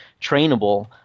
trainable